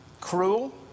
cruel